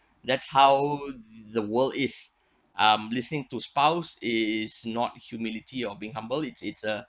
that's how the world is um listening to spouse is not humility of being humble it's it's uh